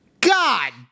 God